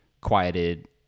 quieted